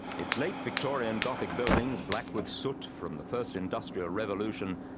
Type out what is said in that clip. its late victorian gothic buildings, black with soot from the first industrial revolution,